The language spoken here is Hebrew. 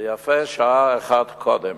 ויפה שעה אחת קודם.